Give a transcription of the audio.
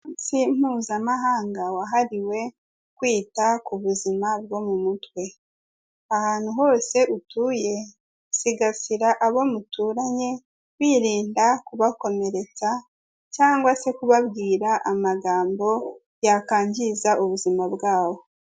Umunsi mpuzamahanga wahariwe kwita ku buzima bwo mu mutwe. Ahantu hose utuye sigasira abo muturanye, wirinda kubakomeretsa cyangwa se kubabwira amagambo yakwangiza ubuzima bwabo.